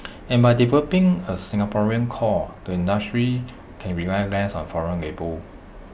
and by developing A Singaporean core the industry can rely less on foreign labour